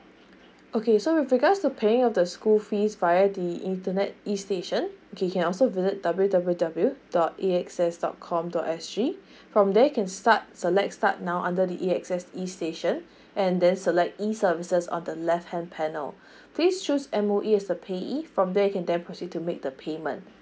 okay so with regards to paying of the school fees via the internet e station okay you can also visit W W W dot A S X dot com dot S G from there can start select start now under the A S X e station and then select e services on the left hand panel please choose M_O_E as the payee from there you can then proceed to make the payment